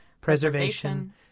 preservation